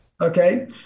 Okay